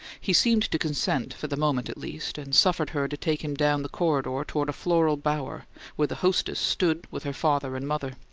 he seemed to consent, for the moment, at least, and suffered her to take him down the corridor toward a floral bower where the hostess stood with her father and mother.